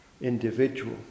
individual